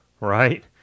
right